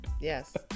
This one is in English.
Yes